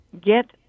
get